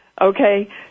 Okay